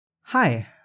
Hi